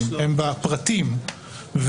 הם בפרטים.